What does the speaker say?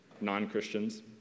non-Christians